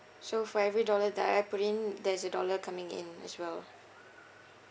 so for every dollar that I put in there's a dollar coming in as well